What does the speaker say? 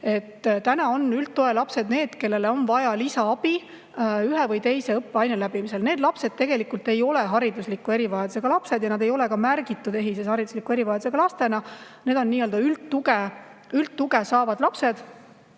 on üldtoe lapsed need, kellele on vaja lisaabi ühe või teise õppeaine läbimisel. Need lapsed ei ole haridusliku erivajadusega lapsed ja nad ei ole EHIS-es ka märgitud haridusliku erivajadusega lastena. Need on nii-öelda üldtuge saavad lapsed,